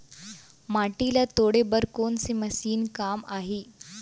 माटी ल तोड़े बर कोन से मशीन काम आही?